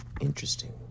Interesting